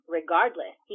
regardless